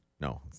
No